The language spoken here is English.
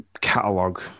Catalog